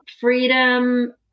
freedom